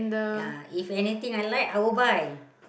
ya if anything I like I will buy